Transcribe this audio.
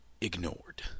ignored